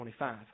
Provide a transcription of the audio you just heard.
25